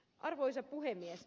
arvoisa puhemies